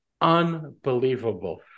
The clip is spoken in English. Unbelievable